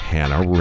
Hannah